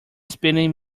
spinning